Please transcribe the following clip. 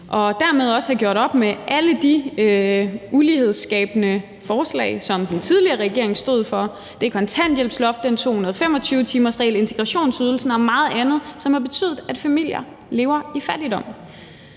skal vi også have gjort op med alle de ulighedsskabende forslag, som den tidligere regering stod for. Det er kontanthjælpsloftet, 225-timersreglen, integrationsydelsen og meget andet, som har betydet, at familier lever i fattigdom.